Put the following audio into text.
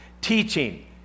teaching